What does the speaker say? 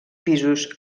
pisos